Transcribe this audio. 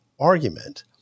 argument